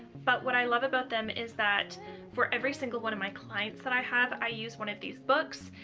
but what i love about them is that for every single one of my clients that i have i use one of these books,